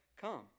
come